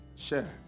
Share